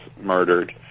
murdered